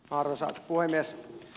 arvoisa puhemies